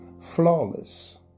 flawless